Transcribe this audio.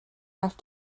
have